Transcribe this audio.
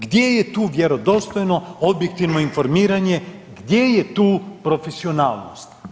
Gdje je tu vjerodostojno objektivno informiranje, gdje je tu profesionalnost?